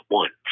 one